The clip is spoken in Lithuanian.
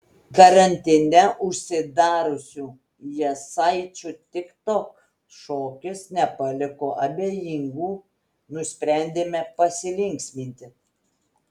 karantine užsidariusių jasaičių tiktok šokis nepaliko abejingų nusprendėme pasilinksminti